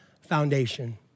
foundation